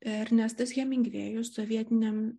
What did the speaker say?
ernestas hemingvėjus sovietiniam